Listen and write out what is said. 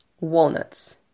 walnuts